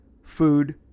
food